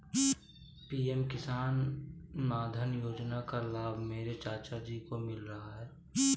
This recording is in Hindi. पी.एम किसान मानधन योजना का लाभ मेरे चाचा जी को मिल रहा है